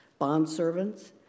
Bondservants